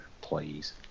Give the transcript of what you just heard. Please